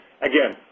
again